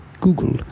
Google